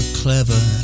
clever